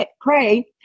pray